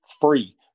free